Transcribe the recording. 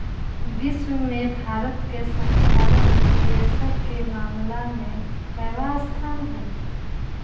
विश्व में भारत के संस्थागत निवेशक के मामला में केवाँ स्थान हई?